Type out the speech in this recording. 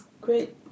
great